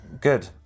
Good